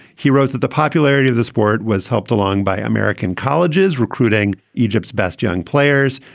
he wrote that the popularity of the sport was helped along by american colleges recruiting egypt's best young players.